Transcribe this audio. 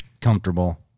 comfortable